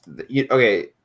Okay